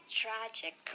tragic